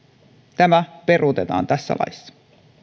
tämä peruutetaan tässä laissa